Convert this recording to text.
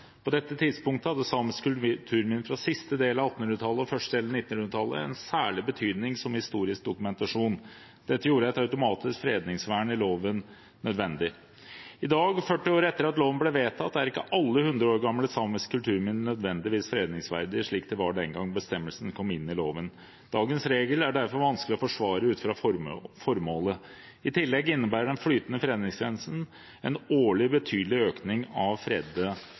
På dette tidspunktet hadde samiske kulturminner fra siste del av 1800-tallet og første del av 1900-tallet en særlig betydning som historisk dokumentasjon. Dette gjorde et automatisk fredningsvern i loven nødvendig. I dag, 40 år etter at loven ble vedtatt, er ikke alle 100 år gamle samiske kulturminner nødvendigvis fredningsverdige, slik de var den gang bestemmelsen kom inn i loven. Dagens regel er derfor vanskelig å forsvare ut fra formålet. I tillegg innebærer den flytende fredningsgrensen en årlig betydelig økning av